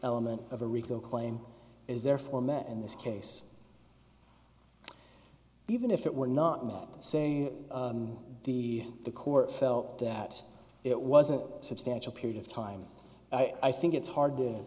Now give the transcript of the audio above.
element of a rico claim is therefore met in this case even if it were not me saying the the court felt that it was a substantial period of time i think it's hard to